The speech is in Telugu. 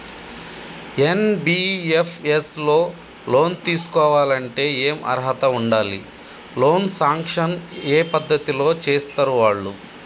ఎన్.బి.ఎఫ్.ఎస్ లో లోన్ తీస్కోవాలంటే ఏం అర్హత ఉండాలి? లోన్ సాంక్షన్ ఏ పద్ధతి లో చేస్తరు వాళ్లు?